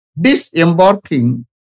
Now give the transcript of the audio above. disembarking